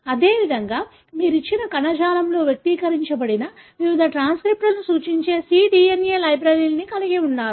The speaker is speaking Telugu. అదేవిధంగా మీరు ఇచ్చిన కణజాలంలో వ్యక్తీకరించబడిన వివిధ ట్రాన్స్క్రిప్ట్లను సూచించే cDNA లైబ్రరీలను కలిగి ఉన్నారు